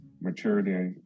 maturity